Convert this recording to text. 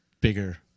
bigger